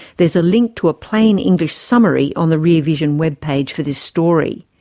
there's a link to a plain english summary on the rear vision web page for this story.